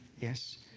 Yes